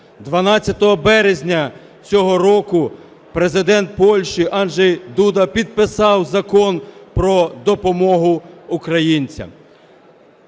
12 березня цього року Президент Польщі Анджей Дуда підписав Закон про допомогу українцям.